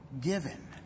given